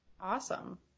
awesome